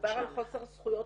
מדובר על חוסר זכויות